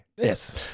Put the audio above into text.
Yes